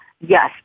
yes